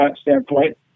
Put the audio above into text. standpoint